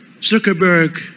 Zuckerberg